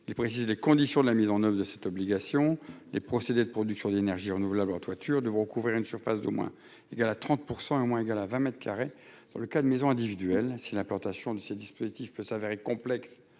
il précise les conditions de la mise en oeuvre de cette obligation, les procédés de production d'énergie renouvelable en toiture devront couvrir une surface d'au moins égale à 30 % au moins égale à 20 mètres carrés dans le cas de maisons individuelles si l'implantation de ces dispositifs peut s'avérer complexe